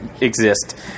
exist